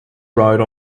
ride